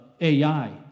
AI